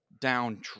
down